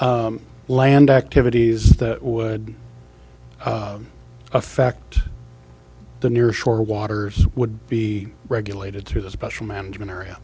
land activities that would affect the near shore water would be regulated through the special management area